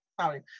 sorry